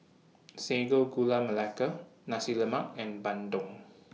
Sago Gula Melaka Nasi Lemak and Bandung